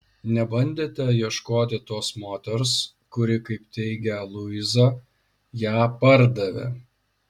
nebandėte ieškoti tos moters kuri kaip teigia luiza ją pardavė